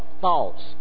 thoughts